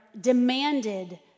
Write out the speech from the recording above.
demanded